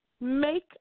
make